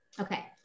Okay